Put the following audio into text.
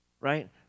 right